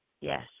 Yes